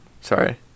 sorry